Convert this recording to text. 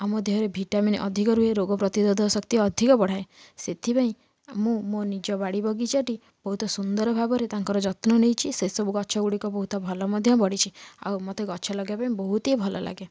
ଆମ ଦେହରେ ଭିଟାମିନ୍ ଅଧିକ ରୁହେ ରୋଗ ପ୍ରତିରୋଧକ ଶକ୍ତି ଅଧିକ ବଢ଼ାଏ ସେଥିପାଇଁ ମୁଁ ମୋ ନିଜ ବାଡ଼ି ବଗିଚାଟି ବହୁତ ସୁନ୍ଦର ଭାବରେ ତାଙ୍କର ଯତ୍ନ ନେଇଛି ସେସବୁ ଗଛଗୁଡ଼ିକ ବହୁତ ଭଲ ମଧ୍ୟ ବଢ଼ିଛି ଆଉ ମତେ ଗଛ ଲଗାଇବା ପାଇଁ ବହୁତ ହି ଭଲ ଲାଗେ